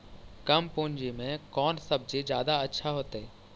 कम पूंजी में कौन सब्ज़ी जादा अच्छा होतई?